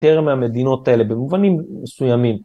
יותר מהמדינות האלה במובנים מסוימים.